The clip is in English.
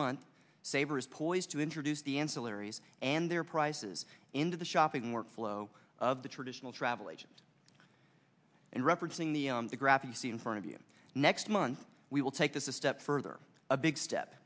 month saver is poised to introduce the ancillaries and their prices into the shopping workflow of the traditional travel agents and representing the graph you see in front of you next month we will take this a step further a big step